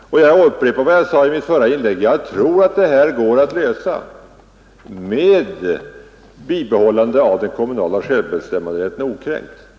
Jag upprepar vad jag sade i mitt förra inlägg: Detta problem bör kunna lösas med bibehållande av den kommunala självbestämmanderätten okränkt.